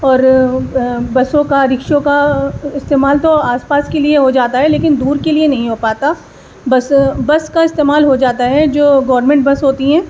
اور بسوں کا رکشوں کا استعمال تو آس پاس کے لیے ہو جاتا ہے لیکن دور کے لیے نہیں ہو پاتا بس بس کا استعمال ہو جاتا ہے جو گورنمنٹ بس ہوتی ہیں